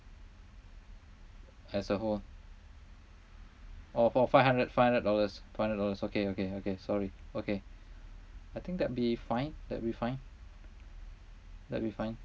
as a whole oh for five hundred five hundred dollars five hundred dollars okay okay okay sorry okay I think that would be fine that'll be fine that'll be fine